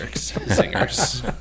singers